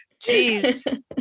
Jeez